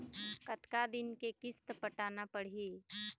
कतका दिन के किस्त पटाना पड़ही?